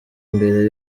mbere